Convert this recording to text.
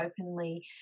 openly